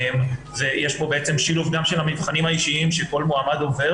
יש פה בעצם גם שילוב של המבחנים האישיים שכל מועמד עובר